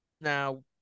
Now